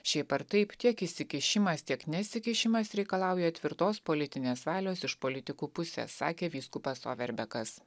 šiaip ar taip tiek įsikišimas tiek nesikišimas reikalauja tvirtos politinės valios iš politikų pusės sakė vyskupas overbekas